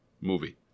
movie